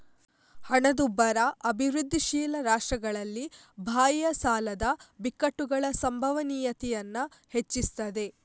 ಹಣದುಬ್ಬರ ಅಭಿವೃದ್ಧಿಶೀಲ ರಾಷ್ಟ್ರಗಳಲ್ಲಿ ಬಾಹ್ಯ ಸಾಲದ ಬಿಕ್ಕಟ್ಟುಗಳ ಸಂಭವನೀಯತೆಯನ್ನ ಹೆಚ್ಚಿಸ್ತದೆ